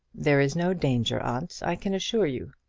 there is no danger, aunt, i can assure you.